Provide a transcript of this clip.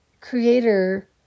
creator